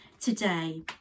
today